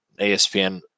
ESPN